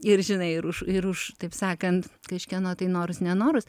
ir žinai ir už ir už taip sakant kažkieno tai norus nenorus